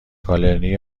گالری